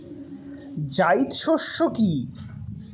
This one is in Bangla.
জায়িদ শস্য কি?